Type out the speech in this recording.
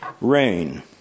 Rain